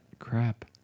Crap